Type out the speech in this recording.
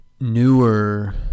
newer